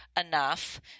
enough